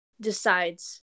decides